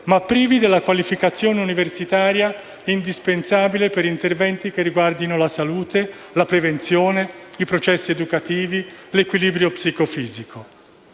ma privi della qualificazione universitaria indispensabile per interventi che riguardano la salute, la prevenzione, i processi educativi, l'equilibrio psicofisico.